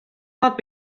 not